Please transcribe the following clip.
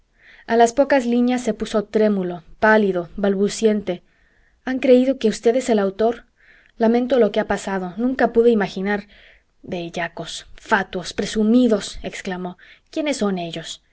a las pocas líneas se puso trémulo pálido balbuciente han creído que usted es el autor lamento lo que ha sapado nunca pude imaginar bellacos fátuos presumidos exclamó quiénes son ellos